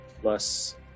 Plus